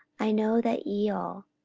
i know that ye all,